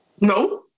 No